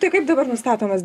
tai kaip dabar nustatomas